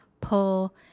pull